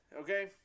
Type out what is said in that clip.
Okay